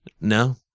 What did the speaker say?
No